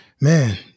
Man